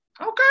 Okay